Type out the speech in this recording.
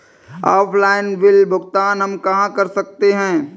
Offline bill भुगतान हम कहां कर सकते हैं?